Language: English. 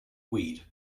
weed